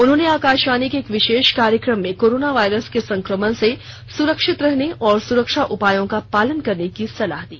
उन्होंने आकाशवाणी के एक विशेष कार्यक्रम में कोरोना वायरस के संक्रमण से सुरक्षित रहने और सुरक्षा उपायों का पालन करने की सलाह दी